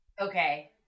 Okay